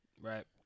Right